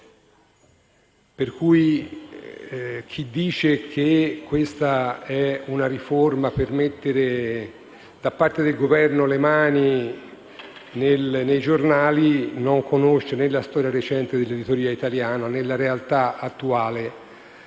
Pertanto, chi dice che questa è una riforma per mettere, da parte del Governo, le mani nei giornali, non conosce né la storia recente dell'editoria italiana né la realtà attuale